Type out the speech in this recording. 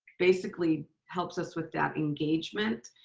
basically helps us with that engagement,